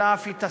אלא אף התעצמה,